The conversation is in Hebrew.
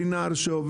אנחנו נשב על זה